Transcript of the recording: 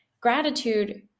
gratitude